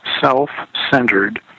self-centered